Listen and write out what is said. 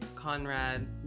Conrad